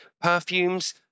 perfumes